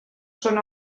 són